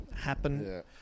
happen